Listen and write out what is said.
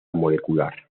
molecular